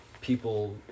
People